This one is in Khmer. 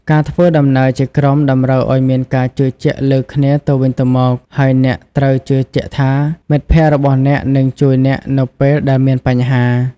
ការធ្វើដំណើរជាក្រុមតម្រូវឱ្យមានការជឿជាក់លើគ្នាទៅវិញទៅមក ហើយអ្នកត្រូវជឿជាក់ថា មិត្តភក្តិរបស់អ្នកនឹងជួយអ្នកនៅពេលដែលមានបញ្ហា។